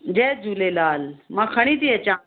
जय झूलेलाल मां खणी थी अचां